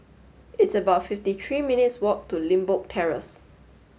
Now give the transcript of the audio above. it's about fifty three minutes' walk to Limbok Terrace